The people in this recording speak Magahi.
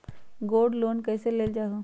गोल्ड लोन कईसे लेल जाहु?